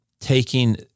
taking